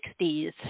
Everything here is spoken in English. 1960s